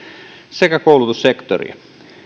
sekä koulutussektoria